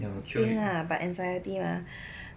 ya but anxiety mah